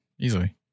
easily